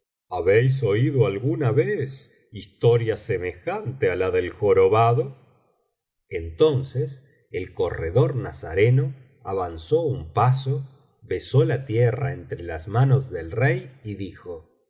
habéis oído alguna vez historia semejante a la del jorobado entonces el corredor nazareno avanzó un paso besó la tierra entre las manos del rey y dijo